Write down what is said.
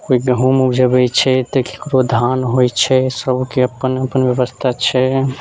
तऽ केओ गहुँम उपजबैत छै तऽ केकरो धान होइत छै सबके अपन अपन व्यवस्था छै